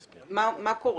אז מה יקרה?